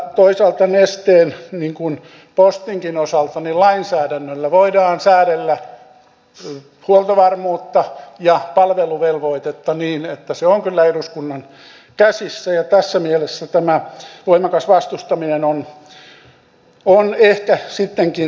toisaalta nesteen niin kuin postinkin osalta lainsäädännöllä voidaan säädellä huoltovarmuutta ja palveluvelvoitetta niin että se on kyllä eduskunnan käsissä ja tässä mielessä tämä voimakas vastustaminen on ehkä sittenkin tarpeetonta